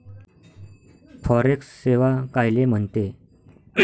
Forex सेवा कायले म्हनते?